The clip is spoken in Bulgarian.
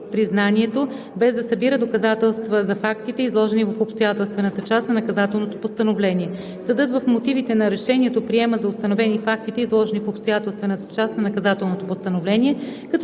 признанието, без да събира доказателства за фактите, изложени в обстоятелствената част на наказателното постановление. Съдът в мотивите на решението приема за установени фактите, изложени в обстоятелствената част на наказателното постановление, като